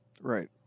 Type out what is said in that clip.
Right